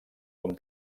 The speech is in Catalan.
com